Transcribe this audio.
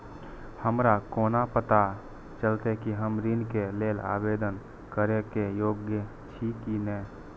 हमरा कोना पताा चलते कि हम ऋण के लेल आवेदन करे के योग्य छी की ने?